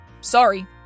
sorry